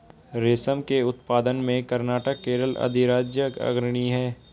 रेशम के उत्पादन में कर्नाटक केरल अधिराज्य अग्रणी है